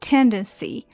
Tendency